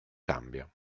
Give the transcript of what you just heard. cambia